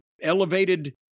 elevated